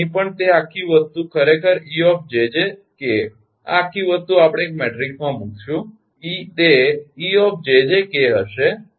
તેથી અહીં પણ તે આખી વસ્તુ ખરેખર 𝑒𝑗𝑗 𝑘 આ આખી વસ્તુ આપણે એક મેટ્રિક્સમાં મૂકીશું તે 𝑒𝑗𝑗 𝑘 હશે